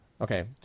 okay